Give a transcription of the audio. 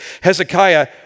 Hezekiah